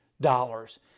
dollars